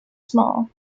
small